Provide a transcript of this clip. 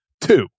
Two